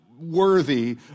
worthy